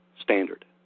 standard